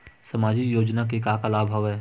सामाजिक योजना के का का लाभ हवय?